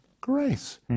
grace